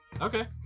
Okay